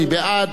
מי בעד?